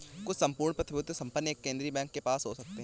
कुछ सम्पूर्ण प्रभुत्व संपन्न एक केंद्रीय बैंक के पास हो सकते हैं